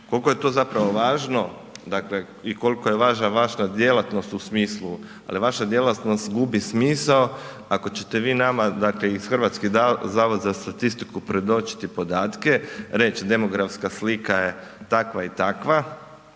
Koliko je to zapravo važno, dakle i koliko je važna vaša djelatnost u smislu u smislu, ali vaša djelatnost gubi smisao ako ćete vi nama dakle i Hrvatski zavod za statistiku predočiti podatke, reć demografska slika je takva i takva,